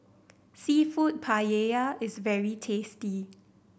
Seafood Paella is very tasty